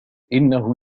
إنه